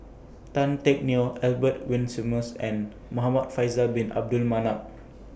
Tan Teck Neo Albert Winsemius and Muhamad Faisal Bin Abdul Manap